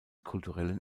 kulturellen